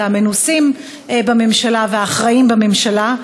והמנוסים בממשלה והאחראיים בממשלה: